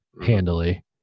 handily